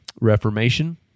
Reformation